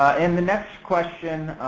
and the next question